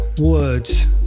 Words